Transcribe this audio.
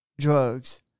drugs